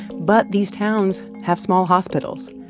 but these towns have small hospitals.